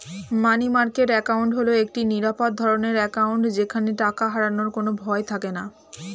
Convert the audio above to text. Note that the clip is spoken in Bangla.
মানি মার্কেট অ্যাকাউন্ট হল একটি নিরাপদ ধরনের অ্যাকাউন্ট যেখানে টাকা হারানোর কোনো ভয় থাকেনা